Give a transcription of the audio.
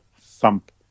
thump